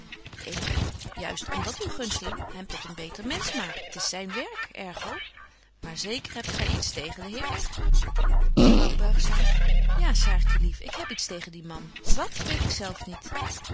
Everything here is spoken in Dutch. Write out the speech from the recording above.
ik juist om dat uw gunsteling hem tot een beter mensch maakt t is zyn werk ergo maar zeker hebt gy iets tegen den heer r juffrouw buigzaam ja saartje lief ik heb iets tegen dien man wat weet ik zelf niet